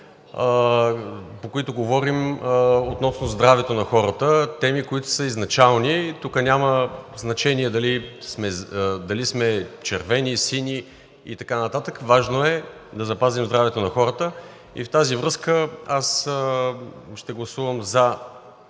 по които говорим, относно здравето на хората, теми, които са изначални, и тук няма значение дали сме червени, сини и така нататък, важно е да запазим здравето на хората. В тази връзка аз ще гласувам за